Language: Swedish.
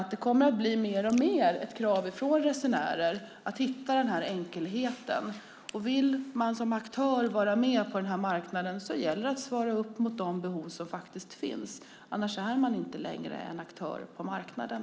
Jag tror att det mer och mer kommer krav från resenärer på att hitta en enkelhet här. Vill man som aktör vara med på den här marknaden gäller det att svara upp mot de behov som faktiskt finns, för annars är man inte längre en aktör på marknaden.